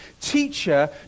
Teacher